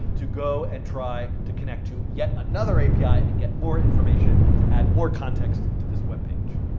to go and try to connect to yet another api and get more information to add more context to this web page.